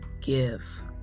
give